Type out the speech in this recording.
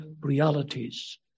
realities